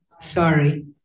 Sorry